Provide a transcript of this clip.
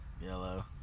Yellow